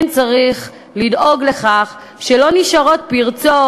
כן צריך לדאוג לכך שלא נשארות פרצות